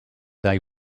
they